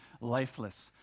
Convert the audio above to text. lifeless